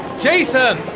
Jason